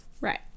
Right